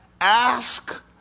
Ask